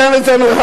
תן את זה מלכתחילה,